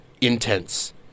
intense